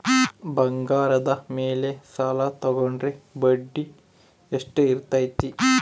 ಬಂಗಾರದ ಮೇಲೆ ಸಾಲ ತೋಗೊಂಡ್ರೆ ಬಡ್ಡಿ ಎಷ್ಟು ಇರ್ತೈತೆ?